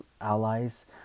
allies